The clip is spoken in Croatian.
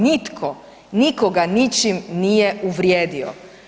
Nitko nikoga ničim nije uvrijedio.